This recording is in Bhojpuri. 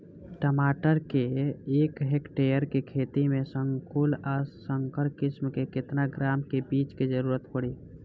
टमाटर के एक हेक्टेयर के खेती में संकुल आ संकर किश्म के केतना ग्राम के बीज के जरूरत पड़ी?